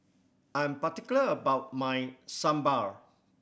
I'm particular about my Sambar